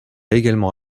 également